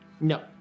No